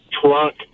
trunk